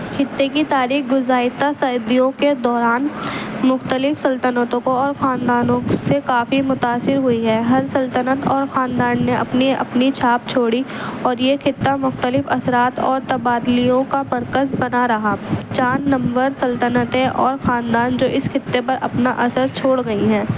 خطے کی تاریخ گزشتہ صدیوں کے دوران مختلف سلطنتوں کو اور خاندانوں سے کافی متاثر ہوئی ہے ہر سلطنت اور خاندان نے اپنی اپنی چھاپ چھوڑی اور یہ خطہ مختلف اثرات اور تبادلوں کا مرکز بنا رہا چار نمبر سلطنتیں اور خاندان جو اس خطے پر اپنا اثر چھوڑ گئی ہیں